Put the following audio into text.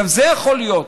גם זה יכול להיות.